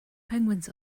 penguins